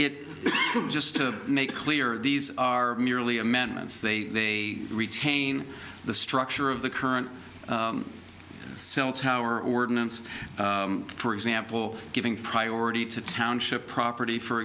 it just to make clear these are merely amendments they retain the structure of the current cell tower ordinance for example giving priority to township property for